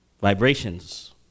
Vibrations